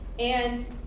and